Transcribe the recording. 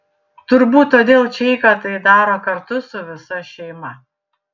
turbūt todėl čeika tai daro kartu su visa šeima